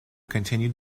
continued